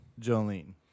Jolene